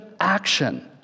action